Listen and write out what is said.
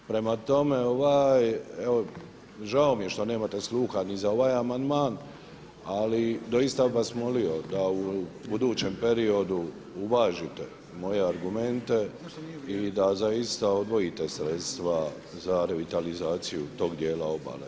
Prema tome, žao mi je što nemate sluha ni za ovaj amandman, ali doista bih vas molio da u budućem periodu uvažite moje argumente i da za iste odvojite sredstva za revitalizaciju tog dijela obale.